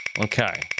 Okay